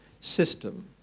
system